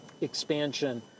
expansion